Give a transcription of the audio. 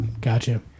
gotcha